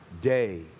day